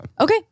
Okay